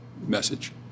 message